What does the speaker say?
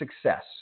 success